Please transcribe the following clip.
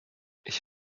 ich